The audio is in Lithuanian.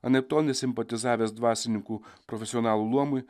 anaiptol nesimpatizavęs dvasininkų profesionalų luomui